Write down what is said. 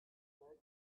that